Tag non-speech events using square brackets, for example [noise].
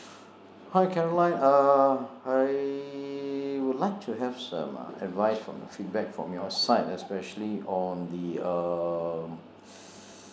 [breath] hi caroline uh I would like to have some uh advice from uh feedback from your side especially on the um [breath]